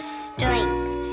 strength